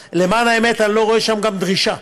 למען האמת, אני לא רואה שם גם דרישה.